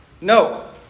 No